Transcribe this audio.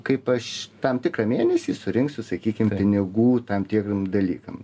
kaip aš tam tikrą mėnesį surinksiu sakykim pinigų tam tiem dalykam